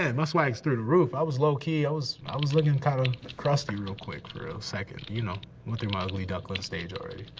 and my swag's through the roof. i was low key, ah i was lookin' kinda crusty real quick for a second, you know, went through my ugly duckling stage already.